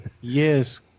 Yes